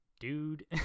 dude